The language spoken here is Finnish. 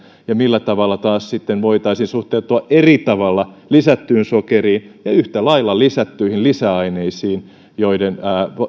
ja millä tavalla taas sitten voitaisiin suhtautua eri tavalla lisättyyn sokeriin ja yhtä lailla lisättyihin lisäaineisiin joiden